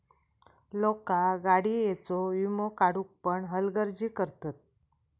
लोका गाडीयेचो वीमो काढुक पण हलगर्जी करतत